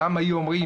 פעם היו אומרים,